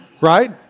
Right